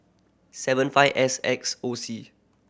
seven five S X O C